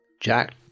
Jack